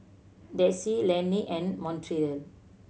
Dayse Lenny and Montrell